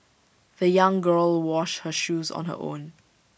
the young girl washed her shoes on her own